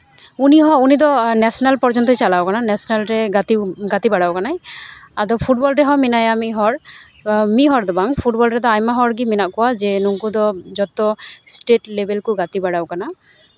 ᱩᱱᱤ ᱦᱚᱸ ᱩᱱᱤ ᱫᱚ ᱱᱮᱥᱮᱱᱮᱞ ᱯᱨᱚᱡᱚᱱᱛᱚᱭ ᱪᱟᱞᱟᱣ ᱠᱟᱱᱟ ᱱᱮᱥᱮᱱᱮᱞ ᱨᱮ ᱜᱟᱛᱮ ᱜᱟᱛᱮ ᱵᱟᱲᱟ ᱠᱟᱱᱟᱭ ᱟᱫᱚ ᱯᱷᱩᱴᱵᱚᱞ ᱨᱮᱦᱚᱸ ᱢᱮᱱᱟᱭᱟ ᱢᱤᱫ ᱦᱚᱲ ᱢᱤᱫ ᱦᱚᱲ ᱫᱚᱵᱟᱝ ᱯᱷᱩᱴᱵᱚᱞ ᱨᱮᱫᱚ ᱟᱭᱢᱟ ᱦᱚᱲᱜᱮ ᱢᱮᱱᱟᱜ ᱠᱚᱣᱟ ᱡᱮ ᱱᱩᱠᱩ ᱫᱚ ᱡᱚᱛᱚ ᱥᱴᱮᱴ ᱞᱮᱵᱮᱞ ᱠᱚ ᱜᱟᱛᱮ ᱵᱟᱲᱟᱣ ᱠᱟᱱᱟ